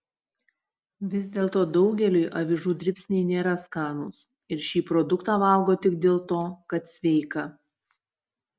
vis dėlto daugeliui avižų dribsniai nėra skanūs ir šį produktą valgo tik dėl to kad sveika